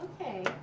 Okay